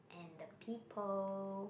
and the people